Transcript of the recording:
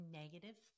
negative